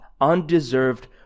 Undeserved